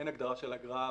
אין הגדרה של אגרה בחקיקה.